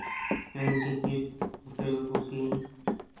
train ticket hotel booking